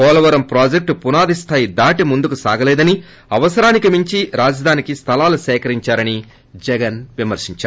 పోలవరం ప్రాజెక్లు పునాది స్లాయి దాటి ముందుకు సాగలేదని అవసరానికి మించి రాజధానికి స్లలాలు సేకరించారని జగన్ విమర్తించారు